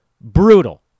Brutal